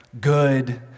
good